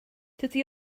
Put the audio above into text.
dydy